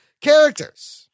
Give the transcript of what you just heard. characters